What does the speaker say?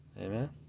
Amen